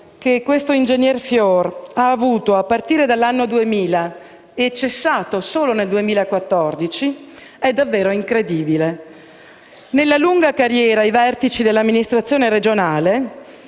che questo ingegner Fior ha avuto a partire dall'anno 2000 cessando solo nel 2014 è davvero incredibile. Nella lunga carriera ai vertici dell'amministrazione regionale